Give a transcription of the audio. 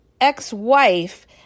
ex-wife